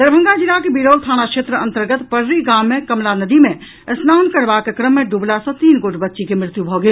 दरभंगा जिलाक बिरौल थाना क्षेत्र अंतर्गत पड़री गाम मे कमला नदी मे स्नान करबाक क्रम मे डूबला सॅ तीन गोट बच्ची के मृत्यु भऽ गेल